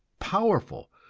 powerful,